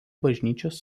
bažnyčios